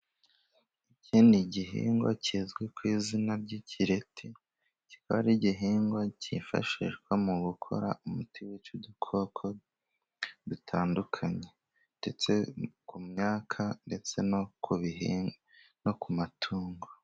Iki ni igihingwa kizwi ku izina ry'ikireti, kikaba ari igihingwa cyifashishwa mu gukora umuti wica udukoko dutandukanye ndetse ku myaka ndetse no ku matungo.